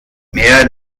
mehr